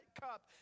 cup